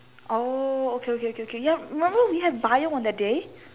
oh okay okay okay ya remember we have Bio on that day